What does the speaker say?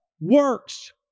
Works